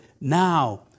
now